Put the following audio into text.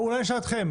אולי נשאל אתכם,